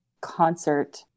concert